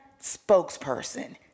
spokesperson